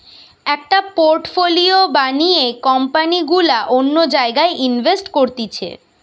একটা পোর্টফোলিও বানিয়ে কোম্পানি গুলা অন্য জায়গায় ইনভেস্ট করতিছে